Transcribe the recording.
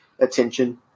attention